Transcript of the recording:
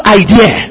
idea